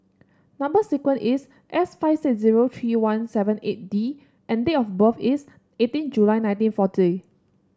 number sequence is S five six zero three one seven eight D and date of birth is eighteen July nineteen forty